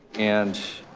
and